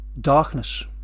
darkness